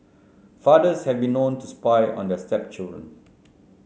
fathers have been known to spy on their stepchildren